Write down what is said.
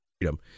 freedom